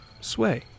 Sway